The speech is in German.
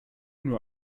nur